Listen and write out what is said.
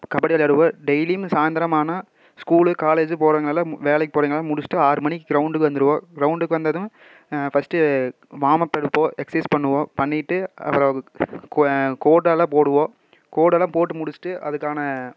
கபடி விளையாடுவோம் டெய்லியும் சாயந்தரம் ஆனால் ஸ்கூலு காலேஜு போறவங்கள்லாம் வேலைக்குக் போறவங்கள்லாம் முடித்திட்டு ஆறு மணிக்கு கிரௌண்டுக்கு வந்துடுவோம் கிரௌண்டுக்கு வந்ததும் ஃபர்ஸ்ட்டு வாம் அப் எடுப்போம் எக்சைஸ் பண்ணுவோம் பண்ணிவிட்டு அப்புறம் கொ கோடெல்லாம் போடுவோம் கோடெல்லாம் போட்டு முடித்துட்டு அதுக்கான